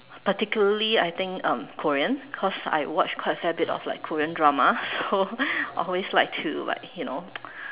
particularly I think um Korean cause I watch quite a fair bit of like Korean drama so always like to like you know